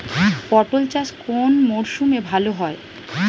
পটল চাষ কোন মরশুমে ভাল হয়?